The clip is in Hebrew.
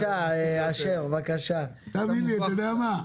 בבקשה, חבר הכנסת אשר.